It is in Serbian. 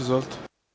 Izvolite.